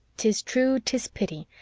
tis true, tis pity,